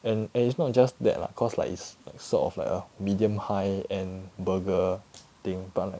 and and it's not just that lah cause like it's sort of like a medium high end burger thing but like